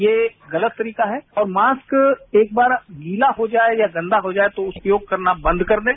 ये गलत तरीका है और मास्क एक बार गोला हो जाए या गंदा हो जाए तो उपयोग करना बंद कर दें